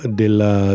della